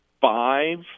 five